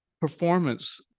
performance